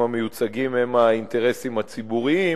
המיוצגים הם לא ממש האינטרסים הציבוריים,